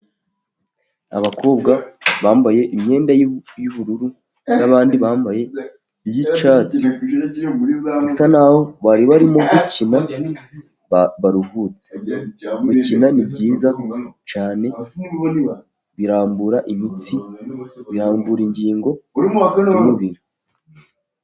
Abakobwa bambaye imyenda y'ubururu, n'abandi bambaye iy'icyatsi, bisa n'aho bari barimo gukina, baruhutse. Gukina ni byiza cyane, birambura imitsi, birambura ingingo z'umubiri.